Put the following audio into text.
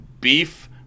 beef